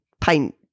paint